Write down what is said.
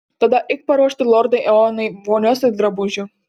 tada eik paruošti lordui eonui vonios ir drabužių